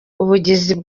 ubugizi